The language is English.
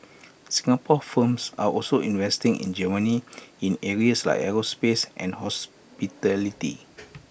Singapore firms are also investing in Germany in areas like aerospace and hospitality